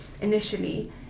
initially